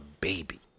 baby